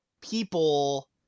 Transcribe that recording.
people